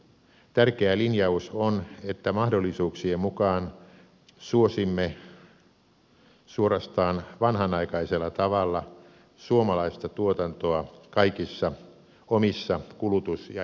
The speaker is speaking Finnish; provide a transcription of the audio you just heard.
tärkeä linjaus on että mahdollisuuksien mukaan suosimme suorastaan vanhanaikaisella tavalla suomalaista tuotantoa kaikissa omissa kulutus ja investointipäätöksissämme